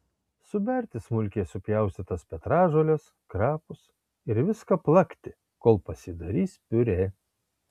suberti smulkiai supjaustytas petražoles krapus ir viską plakti kol pasidarys piurė